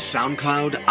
SoundCloud